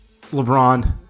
LeBron